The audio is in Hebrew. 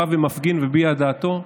בא ומפגין ומביע את דעתו.